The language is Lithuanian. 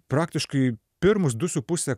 praktiškai pirmus du su puse